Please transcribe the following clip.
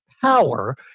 power